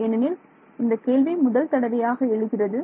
ஏனெனில் இந்த கேள்வி முதல்தடவையாக எழுகிறது